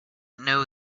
know